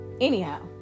anyhow